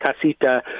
Casita